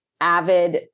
avid